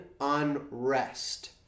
Unrest